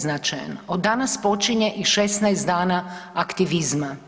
Značajan, od danas počinje i 16 dana aktivizma.